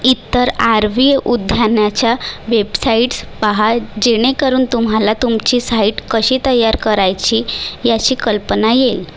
इतर R V उद्यानाच्या websites पाहा जेणेकरून तुम्हाला तुमची साइट कशी तयार करायची याची कल्पना येईल